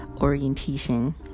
orientation